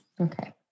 Okay